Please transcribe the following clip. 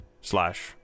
slash